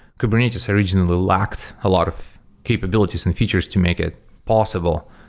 kubernetes originally lacked a lot of capabilities and features to make it possible.